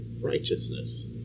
righteousness